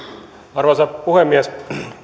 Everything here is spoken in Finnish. arvoisa puhemies